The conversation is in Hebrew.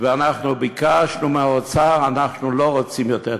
ואנחנו ביקשנו מהאוצר: אנחנו לא רוצים יותר,